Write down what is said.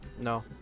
no